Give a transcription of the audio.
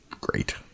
great